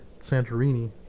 Santorini